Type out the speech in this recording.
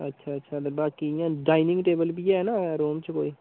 अच्छा अच्छा ते बाकी इयां डाइनिंग टेबल बी ऐ ना रूम च कोई